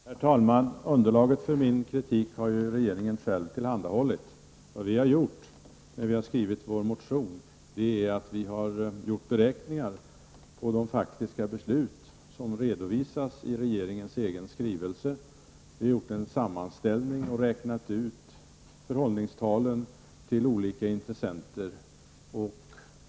Herr talman! Underlaget för min kritik har ju regeringen själv tillhandahållit. Vad vi gjorde när vi skrev vår motion var beräkningar på de faktiska beslut som redovisas i regeringens egen skrivelse. Vi har gjort en sammanställning och räknat ut förhållningstal till olika intressenter.